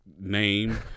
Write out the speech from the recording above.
name